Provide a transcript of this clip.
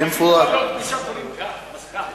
גימ"ל לא דגושה קוראים: ע'ה, ולא גה.